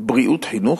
בריאות, חינוך.